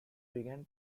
began